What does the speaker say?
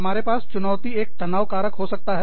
हमारे पास चुनौती एक तनाव कारक हो सकता है